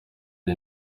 the